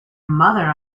mother